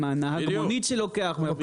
גם נהג המונית שלוקח מרוויח מזה.